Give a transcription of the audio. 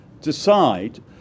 decide